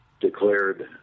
declared